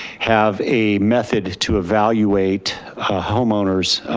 have a method to evaluate homeowners,